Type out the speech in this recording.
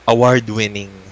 Award-winning